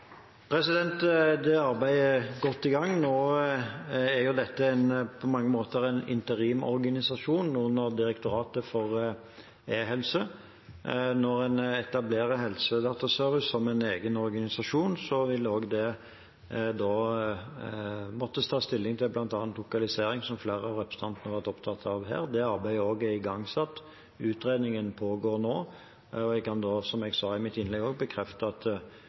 Det arbeidet er godt i gang. Nå er jo dette på mange måter en interimsorganisasjon under Direktoratet for e-helse. Når en etablerer Helsedataservice som en egen organisasjon, vil det måtte tas stilling til bl.a. lokalisering, som flere av representantene har vært opptatt av her. Det arbeidet er også igangsatt. Utredningen pågår nå, og jeg kan, som jeg sa i mitt innlegg også, bekrefte at